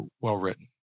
well-written